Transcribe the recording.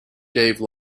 dave